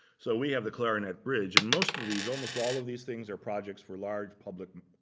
so we have the clarinet bridge, and most of these, almost all of these things are projects for large public